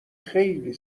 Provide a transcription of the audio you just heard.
خیلی